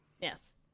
yes